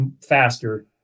faster